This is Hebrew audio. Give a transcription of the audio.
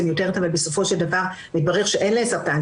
מיותרת ובסופו של דבר מתברר שאין להן סרטן,